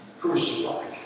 Crucified